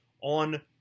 on